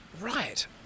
right